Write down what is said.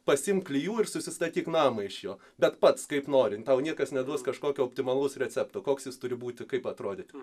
pasiimk klijų ir susistatyk namą iš jo bet pats kaip nori tau niekas neduos kažkokio optimalaus recepto koks jis turi būti kaip atrodyti